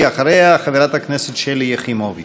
אחריה, חברת הכנסת שלי יחימוביץ.